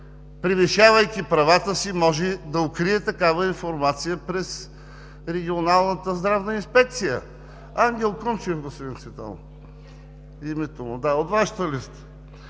превишавайки правата си, може да укрие такава информация през Регионалната здравна инспекция. Ангел Кунчев, господин Цветанов, е името му. Да, от Вашата листа.